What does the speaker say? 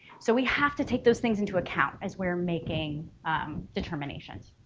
so we have to take those things into account as we're making determinations.